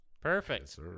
Perfect